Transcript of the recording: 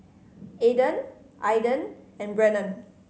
Adan Aidan and Brennon